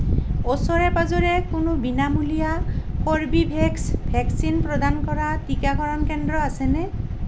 ওচৰে পাঁজৰে কোনো বিনামূলীয়া কৰ্বীভেক্স ভেকচিন প্ৰদান কৰা টীকাকৰণ কেন্দ্ৰ আছেনে